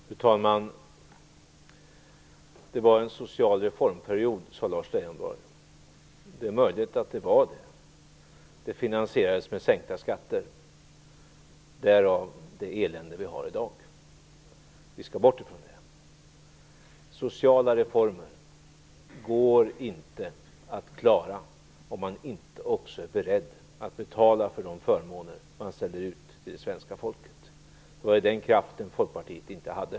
Fru talman! Det var en social reformperiod, sade Lars Leijonborg. Det är möjligt att det var det. Den finansierades med sänkta skatter, därav det elände vi har i dag. Vi skall bort från det. Sociala reformer går inte att klara om man inte också är beredd att betala för de förmåner som man sänder ut till det svenska folket. Det var den kraften som Folkpartiet inte hade.